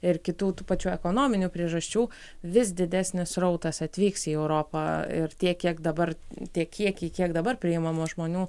ir kitų tų pačių ekonominių priežasčių vis didesnis srautas atvyks į europą ir tiek kiek dabar tie kiekiai kiek dabar priimama žmonių